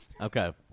Okay